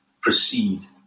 proceed